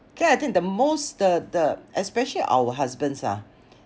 then I think the most the the especially our husbands ah